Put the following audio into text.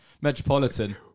Metropolitan